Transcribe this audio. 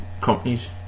companies